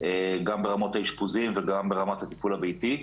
גם ברמת האשפוזים וגם ברמת הטיפול הביתי.